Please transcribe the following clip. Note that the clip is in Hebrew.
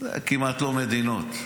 כמעט לא מדינות.